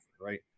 right